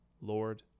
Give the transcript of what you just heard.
Lord